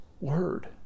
Word